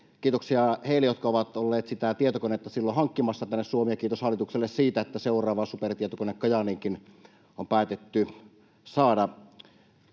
Kiitoksia heille, jotka ovat olleet sitä tietokonetta silloin hankkimassa tänne Suomeen, ja kiitos hallitukselle siitä, että seuraavakin supertietokone Kajaaniin on päätetty saada.